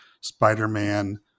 Spider-Man